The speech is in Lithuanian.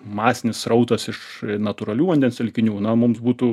masinis srautas iš natūralių vandens telkinių na mums būtų